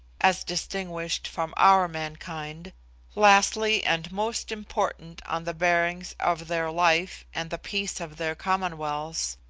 as distinguished from our mankind lastly, and most important on the bearings of their life and the peace of their commonwealths,